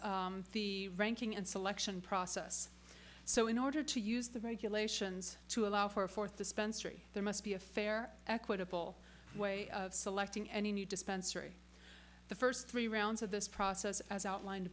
is the ranking and selection process so in order to use the regulations to allow for a fourth dispensary there must be a fair equitable way of selecting any new dispensary the first three rounds of this process as outlined